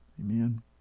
Amen